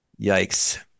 Yikes